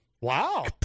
Wow